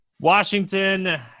Washington